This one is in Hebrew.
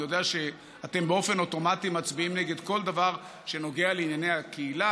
אני יודע שאתם באופן אוטומטי מצביעים נגד כל דבר שנוגע לענייני הקהילה.